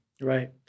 Right